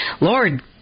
Lord